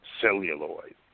celluloid